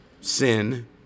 sin